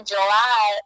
July